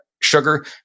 sugar